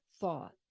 thought